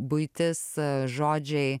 buitis žodžiai